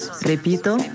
Repito